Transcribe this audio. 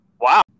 Wow